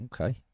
Okay